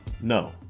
No